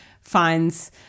finds